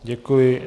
Děkuji.